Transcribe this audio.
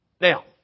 Now